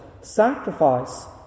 sacrifice